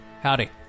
Howdy